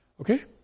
Okay